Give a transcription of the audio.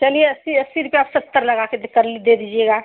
चलिए अस्सी अस्सी रुपया आप सत्तर लगाके कर ली लीजिएगा